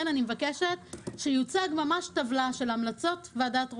אני מבקשת שתוצג טבלה של המלצות ועדת רוזן.